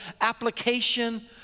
application